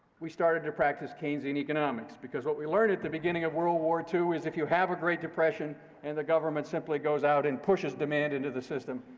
we started to practice keynesian economics, because what we learned at the beginning of world war ii is, if you have a great depression and the government simply goes out and pushes demand into the system,